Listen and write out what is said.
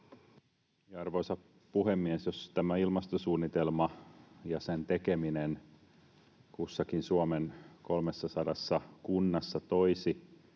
Arvoisa puhemies! Jos tämä ilmastosuunnitelma ja sen tekeminen kussakin Suomen 300 kunnassa toisi